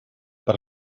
per